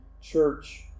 church